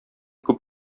күп